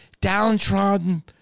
downtrodden